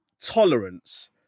tolerance